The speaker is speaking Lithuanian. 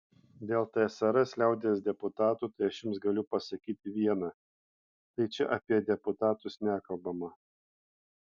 dėl tsrs liaudies deputatų tai aš jums galiu pasakyti viena tai čia apie deputatus nekalbama